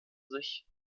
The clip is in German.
sich